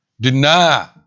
deny